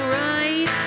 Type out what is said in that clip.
right